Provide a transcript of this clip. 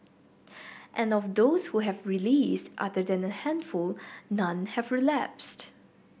and of those who have released other than a handful none have relapsed